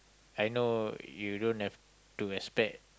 I know you don't have to expect